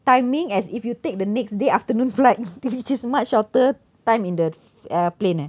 timing as if you take the next day afternoon flight which is much shorter time in the plane eh